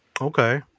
Okay